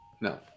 No